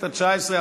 הכנסת התשע-עשרה,